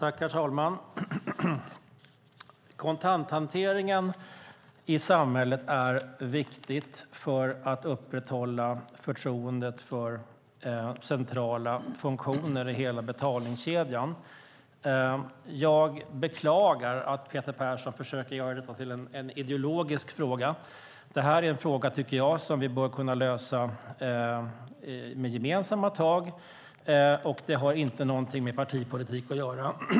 Herr talman! Kontanthanteringen i samhället är viktig för att upprätthålla förtroendet för centrala funktioner i hela betalningskedjan. Jag beklagar att Peter Persson försöker göra detta till en ideologisk fråga. Jag tycker att detta är en fråga som vi bör kunna lösa med gemensamma krafter. Den har inte någonting med partipolitik att göra.